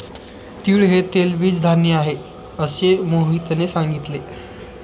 तीळ हे तेलबीज धान्य आहे, असे मोहितने सांगितले